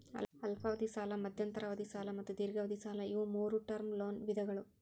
ಅಲ್ಪಾವಧಿ ಸಾಲ ಮಧ್ಯಂತರ ಅವಧಿ ಸಾಲ ಮತ್ತು ದೇರ್ಘಾವಧಿ ಸಾಲ ಇವು ಮೂರೂ ಟರ್ಮ್ ಲೋನ್ ವಿಧಗಳ